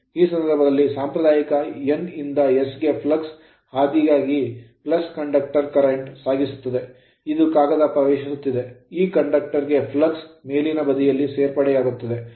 ಈ ಸಂದರ್ಭದಲ್ಲಿ ಸಾಂಪ್ರದಾಯಿಕ N ಇಂದ S ಗೆ flux ಫ್ಲಕ್ಸ್ ಹಾದಿಗಾಗಿ conductor ಕಂಡಕ್ಟರ್ current ಕರೆಂಟ್ ಸಾಗಿಸುತ್ತದೆ ಇದು ಕಾಗದ ಪ್ರವೇಶಿಸುತ್ತಿದೆ ಈ conductor ಕಂಡಕ್ಟರ್ ಗೆ flux ಫ್ಲಕ್ಸ್ ಮೇಲಿನ ಬದಿಯಲ್ಲಿ ಸೇರ್ಪಡೆಯಾಗುತ್ತದೆ